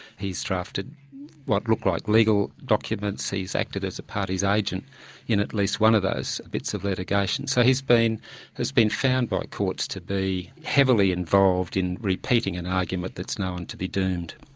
he's drafted what look like legal documents, he's acted as a party's agent in at least one of those bits of litigation. so he's been he's been found by courts to be heavily involved in repeating an argument that's known to be doomed.